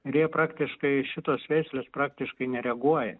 ir jie praktiškai šitos veislės praktiškai nereaguoja